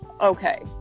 okay